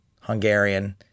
Hungarian